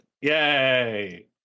Yay